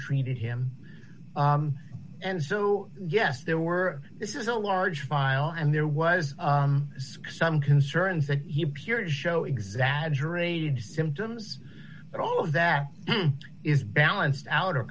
treated him and so yes there were this is a large file and there was some concerns that he appeared to show exaggerated symptoms but all of that is balanced out